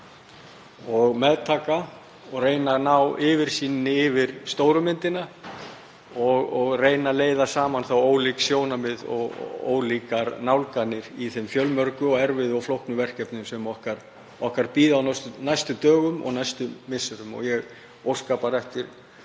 og meðtaka og reyna að ná yfirsýn yfir stóru myndina. Að reyna að leiða saman ólík sjónarmið og ólíkar nálganir í þeim fjölmörgu erfiðu og flóknu verkefnum sem okkar bíða á næstu dögum og næstu misserum. Ég óska bara eftir